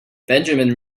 benjamin